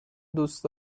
دوست